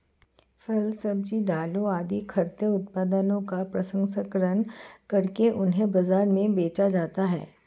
फल, सब्जी, दालें आदि खाद्य उत्पादनों का प्रसंस्करण करके उन्हें बाजार में बेचा जाता है